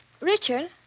Richard